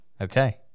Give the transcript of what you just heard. Okay